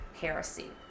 heresy